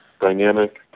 dynamic